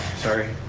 sorry,